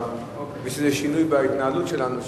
יש איזה שינוי בהתנהלות שלנו,